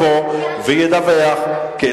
אם השר יבוא וידווח, למה?